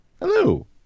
hello